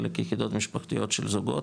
חלק יחידות משפחתיות של זוגות,